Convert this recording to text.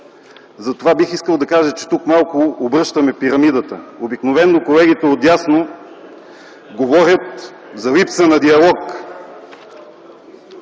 Затова бих искал да кажа, че тук малко обръщаме пирамидата. Обикновено колегите отдясно говорят за липса на диалог…